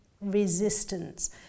resistance